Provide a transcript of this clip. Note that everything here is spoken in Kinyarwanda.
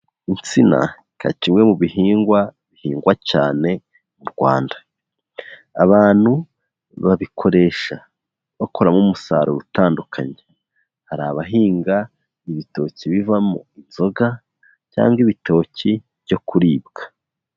Insina kikaba kimwe mu bihingwa bihingwa cyane mu Rwanda, abantu babikoresha bakoramo umusaruro utandukanye, hari abahinga ibitoki bivamo inzoga cyangwa ibitoki byo kuribwa.